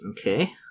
okay